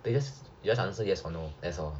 they just you just answer yes or no that's all